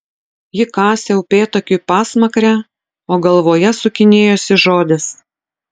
ji kasė upėtakiui pasmakrę o galvoje sukinėjosi žodis